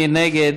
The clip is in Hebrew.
מי נגד?